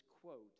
quote